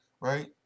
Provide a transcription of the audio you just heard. right